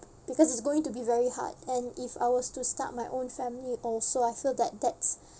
because it's going to be very hard and if I was to start my own family also I feel that that's